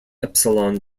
epsilon